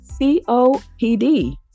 COPD